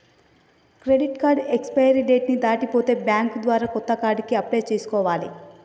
credit card expiry date ని దాటిపోతే bank ద్వారా కొత్త కార్డుకి అప్లై చేసుకోవాలే